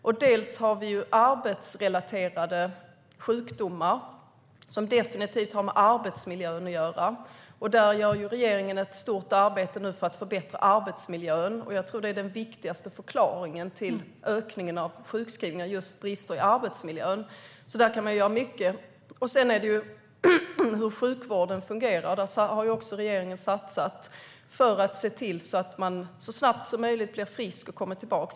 Bland annat finns arbetsrelaterade sjukdomar som definitivt har med arbetsmiljön att göra. Där gör regeringen ett stort arbete för att förbättra arbetsmiljön. Jag tror att brister i arbetsmiljön är den viktigaste förklaringen till ökningen av sjukskrivningar. Där kan mycket göras. Sedan är det frågan om hur sjukvården fungerar. Där har regeringen satsat för att se till att man så snabbt som möjligt blir frisk och kommer tillbaka.